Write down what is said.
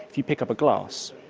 if you pick up a glass,